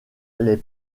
les